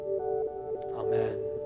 amen